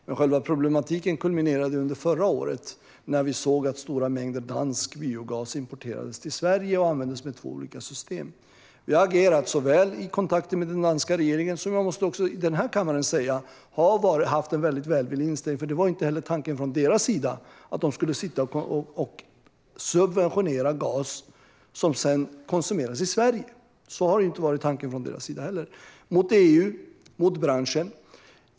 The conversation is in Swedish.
Men själva problematiken kulminerade under förra året när vi såg att stora mängder dansk biogas importerades till Sverige och användes med två olika system. Vi har agerat i kontakter med den danska regeringen. Och jag måste i denna kammare säga att den danska regeringen har haft en mycket välvillig inställning. Det var inte tanken från deras sida att de skulle subventionera gas som sedan konsumeras i Sverige. Det var inte tanken från deras sida heller mot EU och mot branschen.